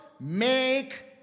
make